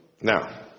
Now